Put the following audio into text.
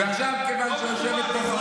ולא נתתם לדבר.